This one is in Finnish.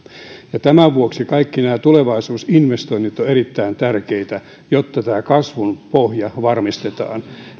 tämän vuoksi kaikki nämä tulevaisuusinvestoinnit ovat erittäin tärkeitä jotta tämä kasvun pohja varmistetaan